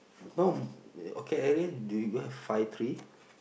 no okay Erin do you you have five tree